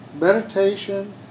Meditation